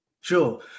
sure